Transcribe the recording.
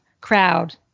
crowd